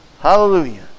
Hallelujah